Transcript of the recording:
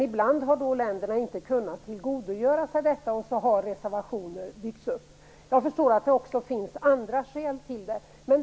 Ibland har länderna inte kunnat tillgodogöra sig detta, och så har reservationer byggts upp. Jag förstår att det också finns andra skäl till det.